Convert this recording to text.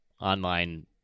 online